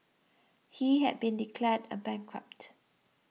he had been declared a bankrupt